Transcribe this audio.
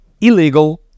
illegal